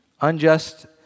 unjust